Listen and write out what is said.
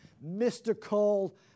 mystical